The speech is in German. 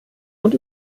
und